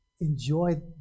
enjoy